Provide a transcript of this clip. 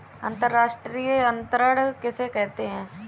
अंतर्राष्ट्रीय अंतरण किसे कहते हैं?